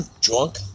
drunk